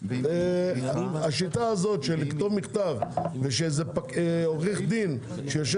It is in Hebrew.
השיטה הזאת של לכתוב מכתב ושאיזה עורך-דין שיושב